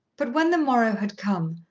but when the morrow had come,